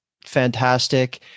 fantastic